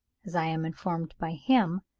as i am informed by him,